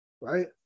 Right